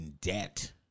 debt